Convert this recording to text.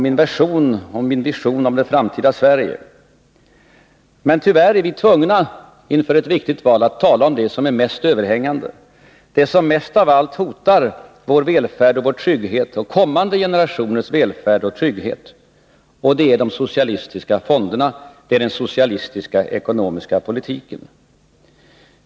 Men tyvärr är vi, inför ett viktigt val, tvungna att tala om det som är mest överhängande, det som mest av allt hotar vår och framför allt kommande generationers välfärd och trygghet. Det är de socialistiska fonderna och den socialistiska ekonomiska politiken.